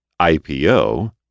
IPO